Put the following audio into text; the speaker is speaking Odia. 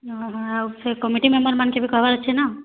ହଁ ହଁ ଆଉ ସେ କମିଟି ମେମ୍ବର୍ମାନ୍କେ ବି କହେବାର୍ ଅଛେ ନା